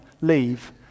leave